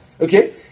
Okay